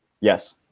Yes